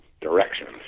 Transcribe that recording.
directions